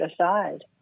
aside